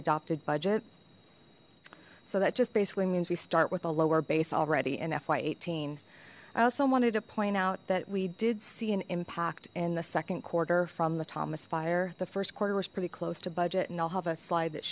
adopted budget so that just basically means we start with a lower base already in fy eighteen i also wanted to point out that we did see an impact in second quarter from the thomas fire the first quarter was pretty close to budget and i'll have a slide that